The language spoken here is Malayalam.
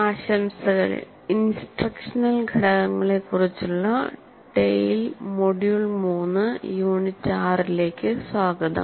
ആശംസകൾ ഇൻസ്ട്രക്ഷനൽ ഘടകങ്ങളെ കുറിച്ചുള്ള TALE മൊഡ്യൂൾ 3 യൂണിറ്റ് 6ലേക്ക് സ്വാഗതം